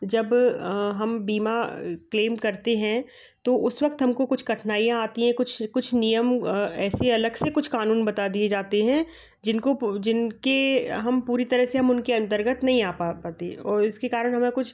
जब हम बीमा क्लेम करते हैं तो उस वक़्त हम को कुछ कठिनाइयाँ आती हैं कुछ कुछ नियम ऐसे अलग से कुछ क़ानून बता दिए जाते हैं जिनको जिनके हम पूरी तरह से हम उनके अंतर्गत नहीं आ पा पाते और उसके कारण हमें कुछ